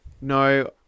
No